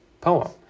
poem